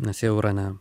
nes jau yra ne